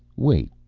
wait,